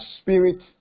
spirit